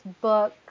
book